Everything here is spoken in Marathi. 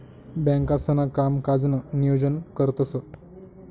बँकांसणा कामकाजनं नियोजन करतंस